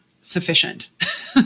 sufficient